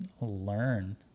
learn